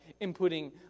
inputting